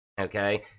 okay